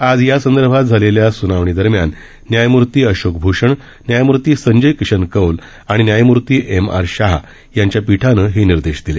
आज या संदर्भात झालेल्या सुनावणी दरम्यान न्यायमूर्ती अशोक भूषण न्यायमूर्ती संजय किशन कौल आणि न्यायमूर्ती एम आर शाह यांच्या पीठानं हे निर्देश दिले